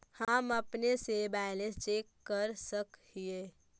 हम अपने से बैलेंस चेक कर सक हिए?